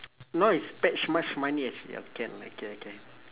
no is spe~ ~ch much money as yo~ can okay okay